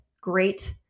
great